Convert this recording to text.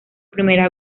primera